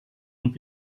und